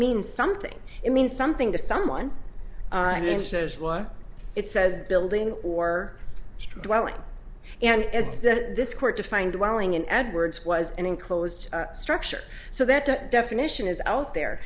mean something it means something to someone and this is what it says building or dwelling and as this court defined wowing in edwards was an enclosed structure so that the definition is out there